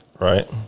Right